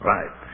Right